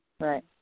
Right